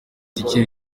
afite